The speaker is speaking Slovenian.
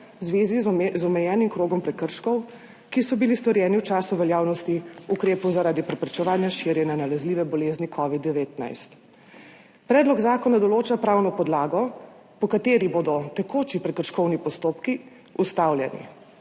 v zvezi z omejenim krogom prekrškov, ki so bili storjeni v času veljavnosti ukrepov zaradi preprečevanja širjenja nalezljive bolezni covid-19. Predlog zakona določa pravno podlago, po kateri bodo tekoči prekrškovni postopki ustavljeni.